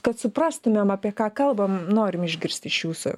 kad suprastumėm apie ką kalbam norim išgirsti iš jūsų